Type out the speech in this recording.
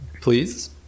please